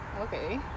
Okay